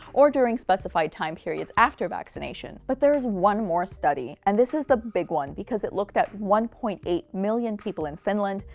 or during specified time periods after vaccination. but there is one more study, and this is the big one, because it looked at one point eight million people in finland,